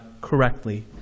correctly